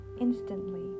instantly